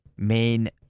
main